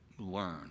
learn